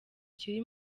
kiri